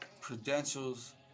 credentials